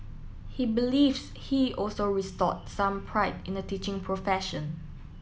he believes he also restored some pride in the teaching profession